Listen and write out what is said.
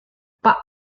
pak